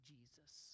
Jesus